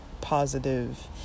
positive